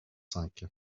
cinq